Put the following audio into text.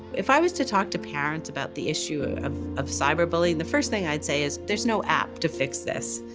if i was to talk to parents about the issue of of cyberbullying, the first thing i'd say is there's no app to fix this.